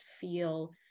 feel